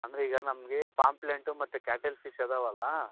ಅಂದರೆ ಈಗ ನಮಗೆ ಪಾಂಪ್ಲೆಂಟು ಮತ್ತು ಕ್ಯಾಟಲ್ ಫಿಶ್ ಅದವಲ್ಲಾ